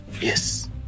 yes